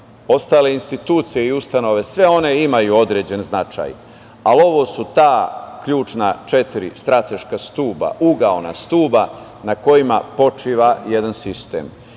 ostale institucije i ustanove, sve one imaju određen značaj, ali ovo su ta ključna četiri strateška stuba, ugaona stuba na kojima počiva jedan sistem. Njihovo